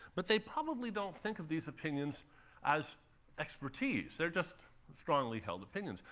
but they probably don't think of these opinions as expertise. they're just strongly held opinions.